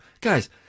Guys